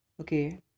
Okay